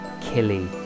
Killy